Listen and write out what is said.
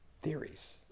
theories